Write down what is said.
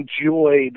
enjoyed